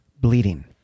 bleeding